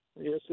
yes